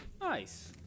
Nice